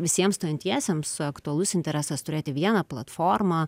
visiem stojantiesiems aktualus interesas turėti vieną platformą